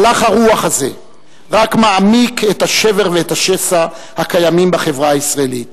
הלך הרוח הזה רק מעמיק את השבר ואת השסע הקיימים בחברה הישראלית